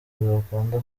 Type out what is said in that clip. bakunda